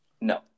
no